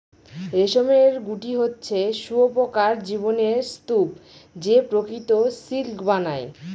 রেশমের গুটি হচ্ছে শুঁয়োপকার জীবনের স্তুপ যে প্রকৃত সিল্ক বানায়